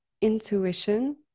intuition